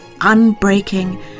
unbreaking